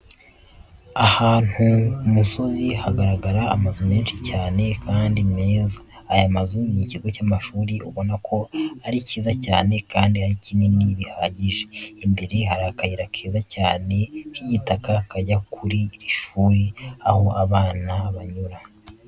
Ahantu ku musozi hagaragara amazu menshi cyane kandi meza, aya mazu ni ikigo cy'amashuri ubona ko ari cyiza cyane kandi ari kinini bihagije, imbere hari akayira keza cyane k'igitaka kajya kuri iri shuri, aho abana banyura.